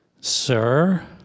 Sir